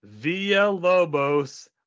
Villalobos